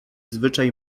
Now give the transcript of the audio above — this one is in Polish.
zwyczaj